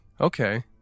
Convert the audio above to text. okay